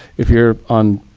if you're on